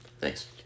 Thanks